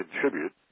Contribute